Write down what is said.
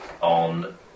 ...on